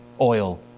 oil